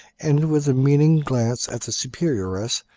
and, with a meaning glance at the superioress,